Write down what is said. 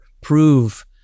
prove